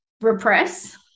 repress